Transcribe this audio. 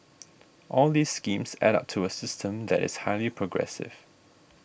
all these schemes add up to a system that is highly progressive